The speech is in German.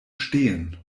stehen